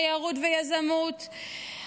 תיירות ויזמות,